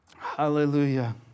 Hallelujah